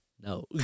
no